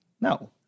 No